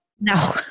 No